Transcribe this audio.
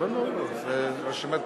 זה אותו נושא?